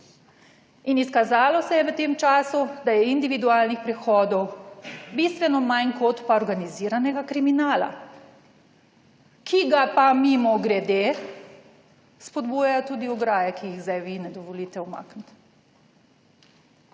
In izkazalo se je v tem času, da je individualnih prehodov bistveno manj kot pa organiziranega kriminala, ki ga pa, mimogrede, spodbujajo tudi ograje, ki jih zdaj vi ne dovolite umakniti.